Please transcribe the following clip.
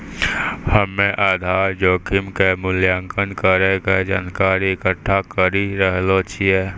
हम्मेआधार जोखिम के मूल्यांकन करै के जानकारी इकट्ठा करी रहलो छिऐ